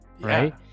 right